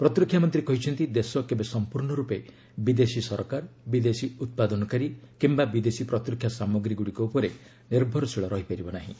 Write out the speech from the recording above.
ପ୍ରତିରକ୍ଷା ମନ୍ତ୍ରୀ କହିଛନ୍ତି ଦେଶ କେବେ ସମ୍ପର୍ଣ୍ଣ ରୂପେ ବିଦେଶୀ ସରକାର ବିଦେଶୀ ଉତ୍ପାଦନକାରୀ ଓ ବିଦେଶୀ ପ୍ରତିରକ୍ଷା ସାମଗ୍ରୀଗୁଡ଼ିକ ଉପରେ ନିର୍ଭରଶୀଳ ରହିପାରିବ ନାହିଁ